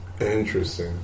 interesting